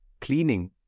cleaning